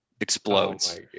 explodes